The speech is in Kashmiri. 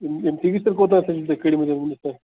یِم پی وی سٮ۪ل کوٗتاہ حظ کٔریُو تۄہہِ ؤنِس تانۍ